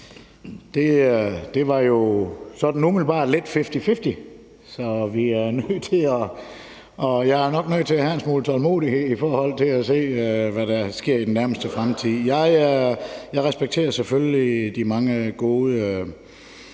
Det var jo umiddelbart sådan lidt fifty-fifty, så jeg er nok nødt til at have en lille smule tålmodighed, i forhold til hvad der sker i den nærmeste fremtid. Jeg respekterer selvfølgelig de mange, der